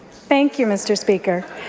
thank you, mr. speaker.